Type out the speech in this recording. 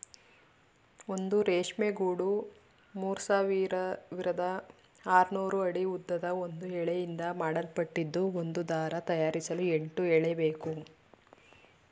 ಒಂದು ರೇಷ್ಮೆ ಗೂಡು ಮೂರ್ಸಾವಿರದ ಆರ್ನೂರು ಅಡಿ ಉದ್ದದ ಒಂದೇ ಎಳೆಯಿಂದ ಮಾಡಲ್ಪಟ್ಟಿದ್ದು ಒಂದು ದಾರ ತಯಾರಿಸಲು ಎಂಟು ಎಳೆಬೇಕು